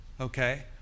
Okay